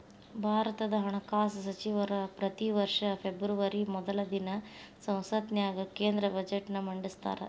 ಭಾರತದ ಹಣಕಾಸ ಸಚಿವರ ಪ್ರತಿ ವರ್ಷ ಫೆಬ್ರವರಿ ಮೊದಲ ದಿನ ಸಂಸತ್ತಿನ್ಯಾಗ ಕೇಂದ್ರ ಬಜೆಟ್ನ ಮಂಡಿಸ್ತಾರ